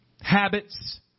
habits